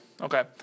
Okay